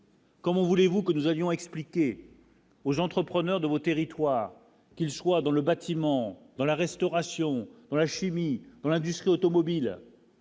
Comment voulez-vous que nous avions expliqué. Aux entrepreneurs de vos territoires, qu'ils soient dans le bâtiment, dans la restauration, dans la chimie, l'industrie automobile.